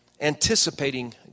anticipating